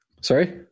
sorry